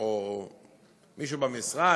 או מישהו במשרד,